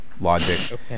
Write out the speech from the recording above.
Logic